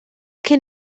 can